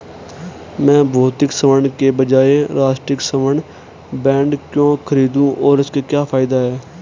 मैं भौतिक स्वर्ण के बजाय राष्ट्रिक स्वर्ण बॉन्ड क्यों खरीदूं और इसके क्या फायदे हैं?